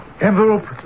envelope